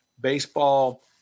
baseball